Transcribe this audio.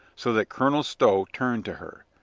so that colonel stow turned to her.